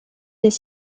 des